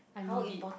I need it